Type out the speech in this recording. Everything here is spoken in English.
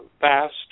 fast